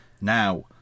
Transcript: Now